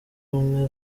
ubumwe